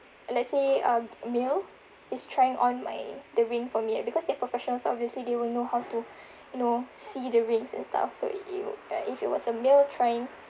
let's say um male is trying on my the ring for me ah because they're professionals obviously they will know how to know see the rings and stuff so you uh if it was a male trying